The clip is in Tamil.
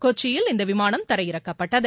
கொச்சியில் இந்த விமானம் தரையிறக்கப்பட்டது